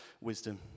Wisdom